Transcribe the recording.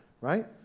right